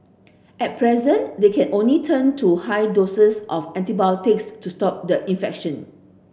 at present they can only turn to high doses of antibiotics to stop the infection